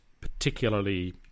particularly